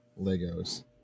Legos